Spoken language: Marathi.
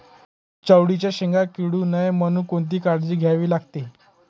चवळीच्या शेंगा किडू नये म्हणून कोणती काळजी घ्यावी लागते?